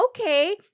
okay